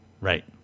Right